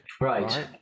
Right